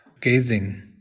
gazing